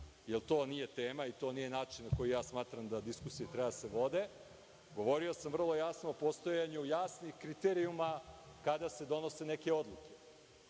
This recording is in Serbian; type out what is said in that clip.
jer to nije tema i to nije način na koji ja smatram da diskusije treba da se vode. Govorio sam vrlo jasno o postojanju jasnih kriterijuma kada se donose neke odluke.